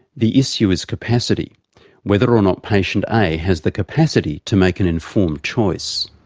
the issue is capacity whether or not patient a has the capacity to make an informed choice.